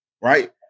Right